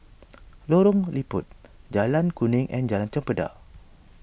Lorong Liput Jalan Kuning and Jalan Chempedak